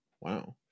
Wow